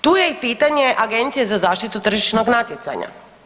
Tu je i pitanje Agencije za zaštitu tržišnog natjecanja.